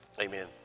Amen